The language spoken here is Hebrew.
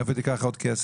מאיפה היא תיקח עוד כסף?